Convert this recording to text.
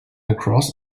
across